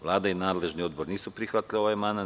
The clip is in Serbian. Vlada i nadležni odbor nisu prihvatili ovaj amandman.